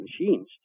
machines